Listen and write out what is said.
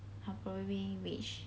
I probably reach